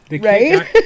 Right